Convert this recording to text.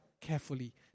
carefully